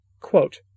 Quote